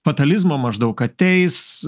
fatalizmo maždaug ateis